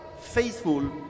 faithful